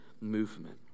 movement